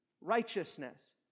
righteousness